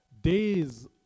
days